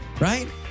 Right